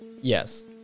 yes